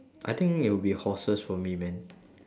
I think it will be horses for me man